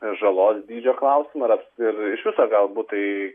žalos dydžio klausimą ar aps ir iš viso galbūt tai